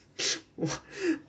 wh~